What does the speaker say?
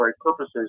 purposes